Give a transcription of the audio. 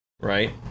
right